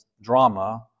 drama